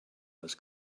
was